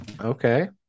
Okay